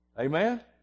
Amen